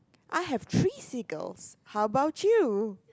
I have three seagulls how about you